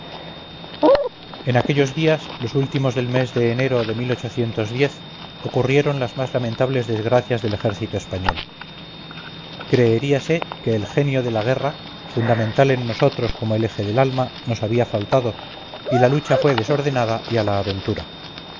en aquellos días los últimos del mes de enero de ocurrieron las más lamentables desgracias del ejército español creeríase que el genio de la guerra fundamental en nosotros como el eje del alma nos había faltado y la lucha fue desordenada y a la aventura